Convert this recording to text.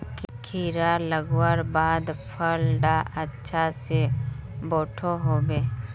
कीड़ा लगवार बाद फल डा अच्छा से बोठो होबे?